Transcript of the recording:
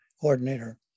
coordinator